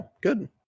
good